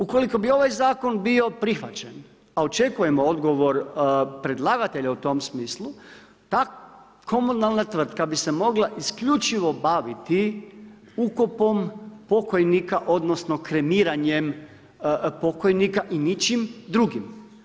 Ukoliko bi ovaj zakon bio prihvaćen, a očekujemo odgovor predlagatelja u tom smislu, ta komunalna tvrtka bi se mogla isključivo baviti ukopom pokojnika odnosno kremiranjem pokojnika i ničim drugim.